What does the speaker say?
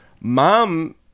mom